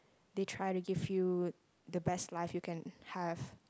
they try to give you the best life you can have